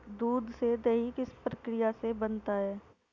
दूध से दही किस प्रक्रिया से बनता है?